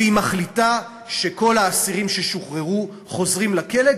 והיא מחליטה שכל האסירים ששוחררו חוזרים לכלא,